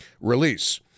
release